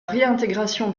réintégration